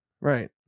Right